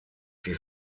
die